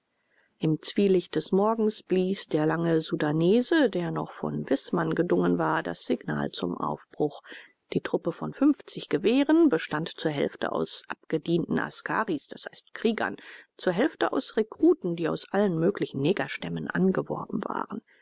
im zwielicht des morgens blies der lange sudanese der noch von wißmann gedungen war das signal zum aufbruch die truppe von fünfzig gewehren bestand zur hälfte aus abgedienten askaris d h kriegern zur hälfte aus rekruten die aus allen möglichen negerstämmen angeworben waren